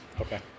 Okay